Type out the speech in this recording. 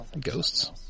Ghosts